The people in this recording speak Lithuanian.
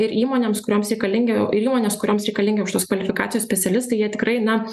ir įmonėms kurioms reikalingi ir įmonės kurioms reikalingi aukštos kvalifikacijos specialistai jie tikrai na